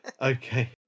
Okay